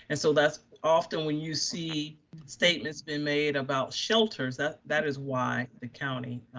and so that's often when you see statements been made about shelters, that that is why the county,